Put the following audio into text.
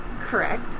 Correct